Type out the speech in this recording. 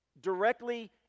directly